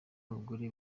abagore